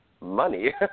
money